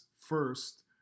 first